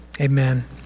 amen